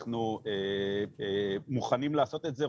אנחנו מוכנים לעשות את זה,